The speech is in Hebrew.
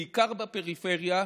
בעיקר בפריפריה.